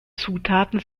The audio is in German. zutaten